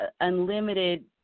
unlimited